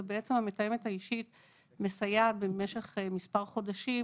והמתאמת האישית מסייעת לארגן בתוכנית הטיפול במשך מספר חודשים,